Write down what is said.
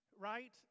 right